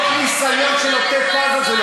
מתוך הניסיון של עוטף-עזה,